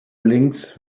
blinks